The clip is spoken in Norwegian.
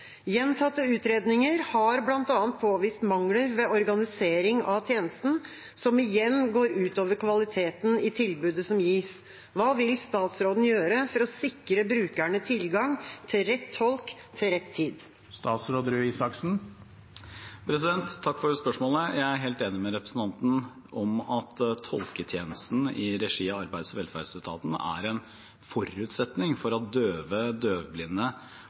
Gjentatte utredninger har blant annet påvist mangler ved organisering av tjenesten, som igjen går ut over kvaliteten i tilbudet som gis. Hva vil statsråden gjøre for å sikre brukerne tilgang til rett tolk til rett tid?» Takk for spørsmålet. Jeg er helt enig med representanten i at tolketjenesten i regi av arbeids- og velferdsetaten er en forutsetning for at døve, døvblinde